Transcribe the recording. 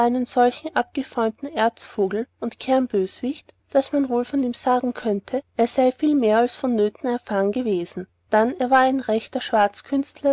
solchen abgefeumten erzvogel und kernböswicht daß man wohl von ihm sagen konnte er sei viel mehr als vonnöten erfahren gewesen dann er war ein rechter